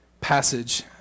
passage